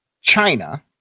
China